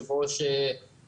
יושב הראש טאהא,